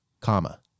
comma